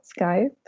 Skype